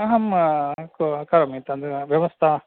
अहं क करोमि तन्व्य व्यवस्था